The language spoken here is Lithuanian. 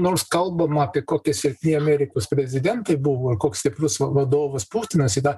nors kalbam apie kokie silpni amerikos prezidentai buvo ir koks stiprus vadovas putinas yra